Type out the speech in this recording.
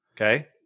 okay